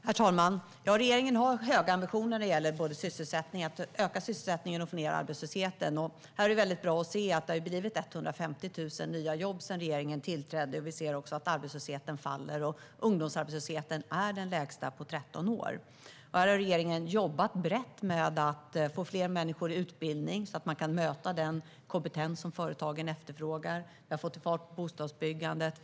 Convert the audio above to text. Herr talman! Regeringen har höga ambitioner när det gäller att öka sysselsättningen och få ned arbetslösheten. Vi kan se att det har blivit 150 000 nya jobb sedan regeringen tillträdde. Vi ser också att arbetslösheten minskar, och ungdomsarbetslösheten är den lägsta på 13 år. Regeringen har jobbat brett med att få fler människor i utbildning, så att den kompetens som företagen efterfrågar kan mötas. Vi har fått fart på bostadsbyggandet.